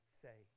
say